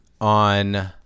on